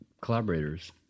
collaborators